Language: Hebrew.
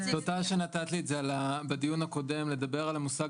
תודה שנתת לי בדיון הקודם לדבר על המושג